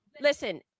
listen